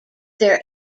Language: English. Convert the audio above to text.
their